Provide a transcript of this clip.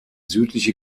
südliche